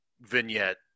vignette